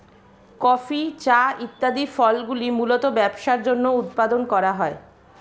coffee, চা ইত্যাদি ফসলগুলি মূলতঃ ব্যবসার জন্য উৎপাদন করা হয়